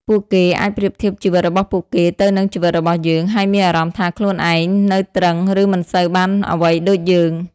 ពួកគេអាចប្រៀបធៀបជីវិតរបស់ពួកគេទៅនឹងជីវិតរបស់យើង ហើយមានអារម្មណ៍ថាខ្លួនឯងនៅទ្រឹង ឬមិនសូវបានអ្វីដូចយើង។